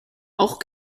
auch